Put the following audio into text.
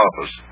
office